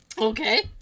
okay